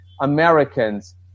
Americans